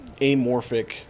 amorphic